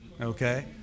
Okay